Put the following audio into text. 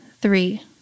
three